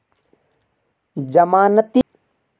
ज़मानती कितने चाहिये?